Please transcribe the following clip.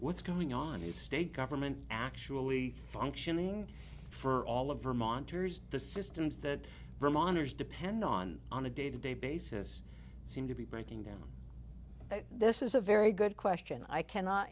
what's going on is state government actually functioning for all of vermonters the systems that vermonters depend on on a day to day basis seem to be breaking down this is a very good question i cannot